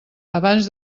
abans